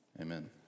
Amen